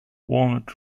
walnut